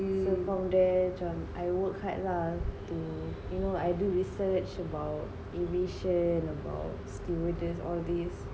so from there macam I work hard lah to you know I do research about aviation about stewardess all these